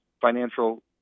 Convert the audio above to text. financial